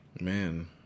Man